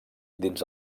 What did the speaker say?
dins